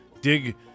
dig